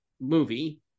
movie